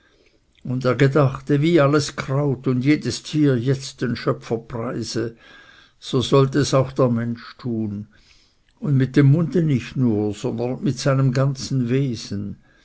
und er gedachte wie alles kraut und jedes tier jetzt den schöpfer preise so sollte es auch der mensch tun und mit dem munde nicht nur sondern mit seinem ganzen wesen